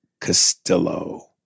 Castillo